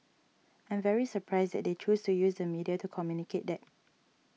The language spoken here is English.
I'm very surprised that they choose to use the media to communicate that